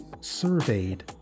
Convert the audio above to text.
surveyed